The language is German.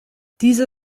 diese